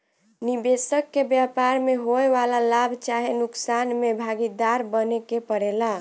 निबेसक के व्यापार में होए वाला लाभ चाहे नुकसान में भागीदार बने के परेला